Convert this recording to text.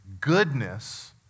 goodness